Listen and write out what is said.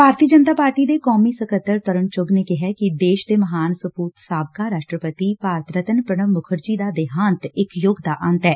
ਭਾਰਤੀ Janata party ਦੇ ਕੌਮੀ ਸਕੱਤਰ ਤਰੁਣ ਬੁੱਘ ਨੇ ਕਿਹੈ ਕਿ ਦੇਸ਼ ਦੇ ਮਹਾਨ ਸਪੁਤ ਸਾਬਕਾ ਰਾਸਟਰਪਤੀ ਭਾਰਤ ਰਤਨ ਪੁਣਬ ਮੁਖਰਜੀ ਦਾ ਦੇਹਾਂਤ ਇਕ ਯੁੱਗ ਦਾ ਅੰਤ ਏ